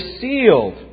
sealed